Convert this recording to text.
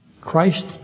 Christ